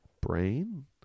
brain